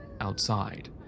Outside